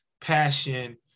passion